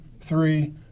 three